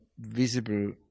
visible